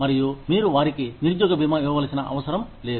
మరియు మీరు వారికి నిరుద్యోగ బీమా ఇవ్వవలసిన అవసరం లేదు